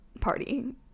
party